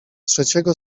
trzeciego